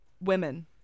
Women